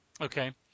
Okay